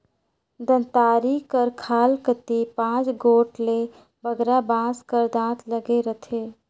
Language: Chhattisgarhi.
दँतारी कर खाल कती पाँच गोट ले बगरा बाँस कर दाँत लगे रहथे